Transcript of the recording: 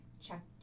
check